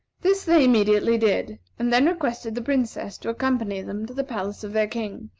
this they immediately did, and then requested the princess to accompany them to the palace of their king,